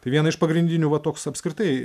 tai viena iš pagrindinių va toks apskritai